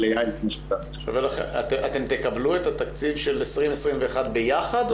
אתם תקבלו את התקציב של 2021 ביחד,